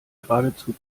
geradezu